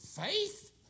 faith